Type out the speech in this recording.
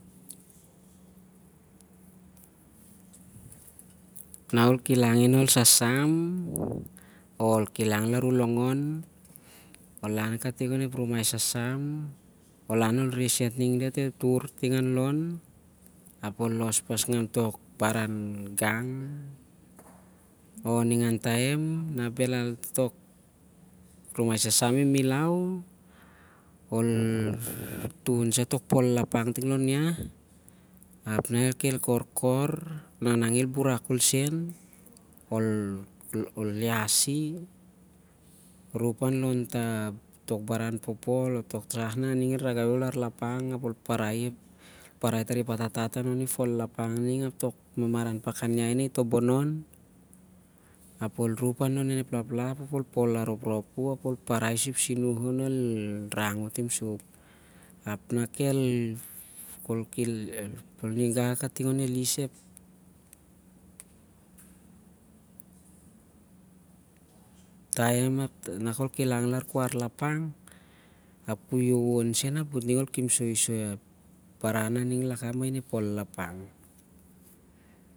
Nah ol kilangi nah u sasam o- ol kilangi nah u longon, ol lan kating onep numai sasam apol reh, eh sait ning nah diat turting an long, ap ol nos pas ngam tok baran gang, o- ningan taem nah bhelal tok rumai sasam imilau, ol tun sah tok pol lalapang tin lon iah ap nah khel korkor ap el buruk khol sen ap- ol- iasi ap ol rup alon tok baran popol ap, tok sah nah aning el ragai u- ol ar lapong, parani tar ep atatat an loni pol lalapang ning ap ol rup lon tok baran popol nah i lalapang ap ol pol arop u- ap ol parai sur ep sinoh on el, rangu tingsup. El- ol kilangi anigau kating onep bakbak inep taem sen ap, ol kimsoi ep baran na aning lakam machiep pol lalapang.